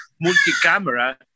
multi-camera